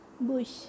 bush